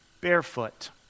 barefoot